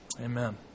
Amen